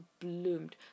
bloomed